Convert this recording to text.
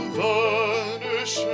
vanish